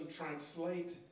translate